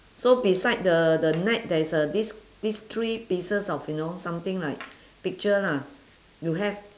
so beside the the net there is a this this three pieces of you know something like picture lah you have